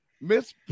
Miss